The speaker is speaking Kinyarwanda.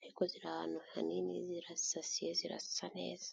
ariko ziri ahantu hanini zirasasiye zirasa neza.